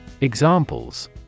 Examples